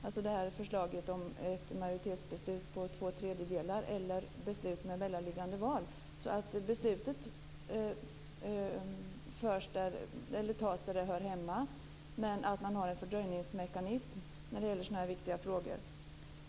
Det gäller alltså förslaget om ett beslut med två tredjedels majoritet eller ett beslut med mellanliggande val. Beslutet fattas där det hör hemma, men man får en fördröjningsmekanism i sådana här viktiga frågor.